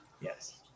Yes